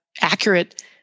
accurate